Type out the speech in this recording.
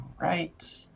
right